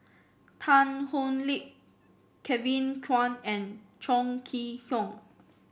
Tan Thoon Lip Kevin Kwan and Chong Kee Hiong